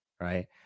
right